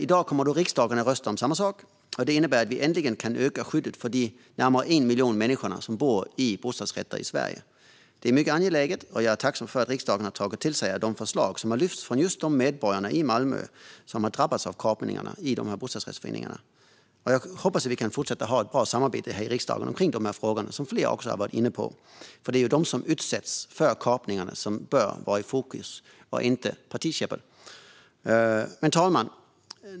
I dag kommer riksdagen att rösta om samma sak. Det innebär att vi äntligen kan öka skyddet för de närmare 1 miljon människor som bor i bostadsrätt i Sverige. Det är mycket angeläget, och jag är tacksam för att riksdagen har tagit till sig av de förslag som har lyfts upp av just de av Malmös medborgare som har drabbats av kapningar av sina bostadsrättsföreningar. Jag hoppas att vi kan fortsätta att ha ett bra samarbete i riksdagen om dessa frågor, vilket flera har varit inne på. Det är de som utsätts för kapningarna som måste vara i fokus och inte partikäbbel. Fru talman!